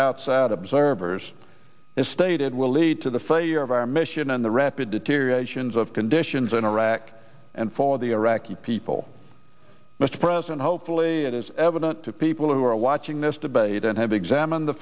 outside observers is stated will lead to the failure of our mission and the rapid deterioration of conditions in iraq and for the iraqi people mr president hopefully it is evident to people who are watching this debate and have examined the